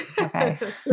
Okay